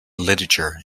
literature